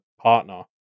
partner